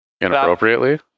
Inappropriately